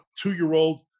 two-year-old